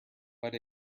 but